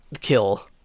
kill